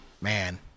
Man